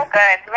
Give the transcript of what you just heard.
good